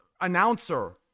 announcer